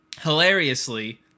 Hilariously